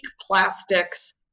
plastics